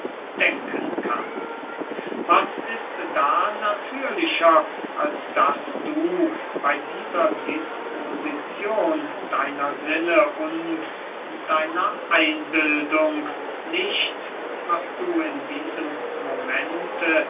denken kannst was ist da natürlicher als daß du bey dieser disposizion deiner sinne und deiner einbildung nicht was du in diesem momente